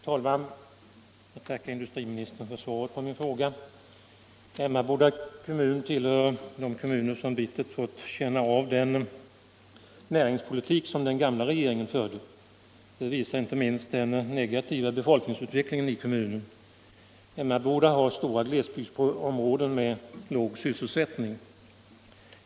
Herr talman! Jag tackar industriministern för svaret på min fråga. Det är bra att den nya regeringen visar intresse för sysselsättningen vid glasverket i Emmaboda. | Emmaboda tillhör de kommuner som bittert fått känna av den näringspolitik som den gamla regeringen förde. Det visar inte minst den negativa befolkningsutvecklingen i kommunen. Emmaboda har stora glesbygdsområden med låg sysselsättning.